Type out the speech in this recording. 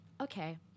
okay